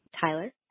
Tyler